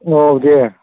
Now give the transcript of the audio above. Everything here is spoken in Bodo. औ दे